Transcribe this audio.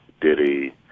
Diddy